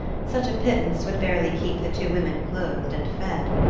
such a pittance would barely keep the two women clothed and fed.